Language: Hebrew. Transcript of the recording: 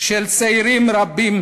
של צעירים רבים